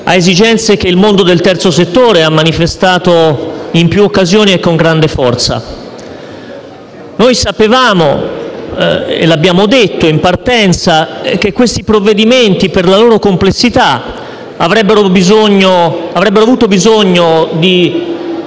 a esigenze che il mondo del terzo settore aveva manifestato in più occasioni e con grande forza. Noi sapevamo - e lo abbiamo detto in partenza - che questi provvedimenti, per la loro complessità, avrebbero avuto bisogno di